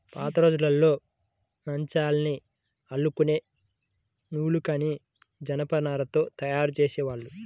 పాతరోజుల్లో మంచాల్ని అల్లుకునే నులకని జనపనారతో తయ్యారు జేసేవాళ్ళు